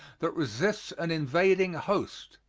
that resists an invading host.